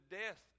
death